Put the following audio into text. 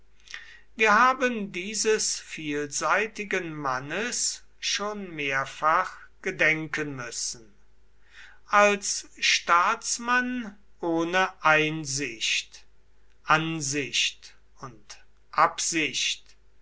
wir haben dieses vielseitigen mannes schon mehrfach gedenken müssen als staatsmann ohne einsicht ansicht und absicht